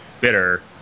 bitter